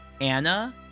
Anna